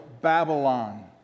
Babylon